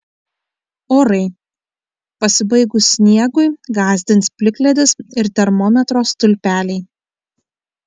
orai pasibaigus sniegui gąsdins plikledis ir termometro stulpeliai